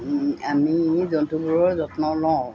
আমি জন্তুবোৰৰ যত্ন লওঁ